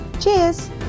Cheers